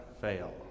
fail